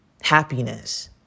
happiness